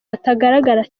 atagaragara